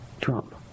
Trump